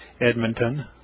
Edmonton